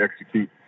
execute